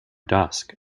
dusk